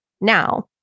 Now